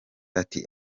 ati